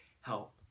help